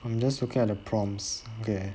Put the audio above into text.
I'm just looking at the prompts okay